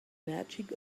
magic